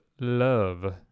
love